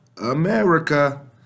America